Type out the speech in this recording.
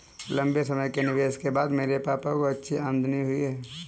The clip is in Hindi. लंबे समय के निवेश के बाद मेरे पापा को अच्छी आमदनी हुई है